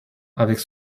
avec